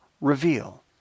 reveal